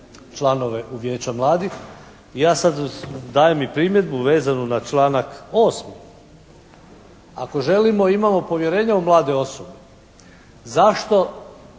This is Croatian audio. članove u vijeća mladih. I ja sada dajem i primjedbu vezanu na članak 8. Ako želimo i imamo povjerenja u mlade osobe zašto